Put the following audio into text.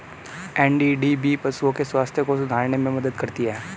NDDB पशुओं के स्वास्थ्य को सुधारने में मदद करती है